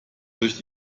durch